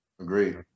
Agreed